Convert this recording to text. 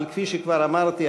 אבל כפי שכבר אמרתי,